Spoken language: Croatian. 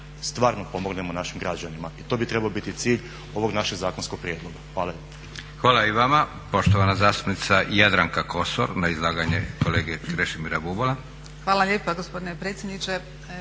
stvarno pomognemo našim građanima i to bi trebao biti cilj ovog našeg zakonskog prijedloga. Hvala